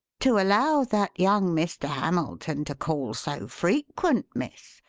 to allow that young mr. hamilton to call so frequent, miss,